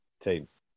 teams